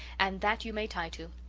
and that you may tie to.